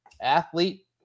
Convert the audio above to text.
athlete